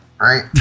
right